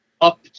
up